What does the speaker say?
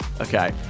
Okay